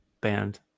band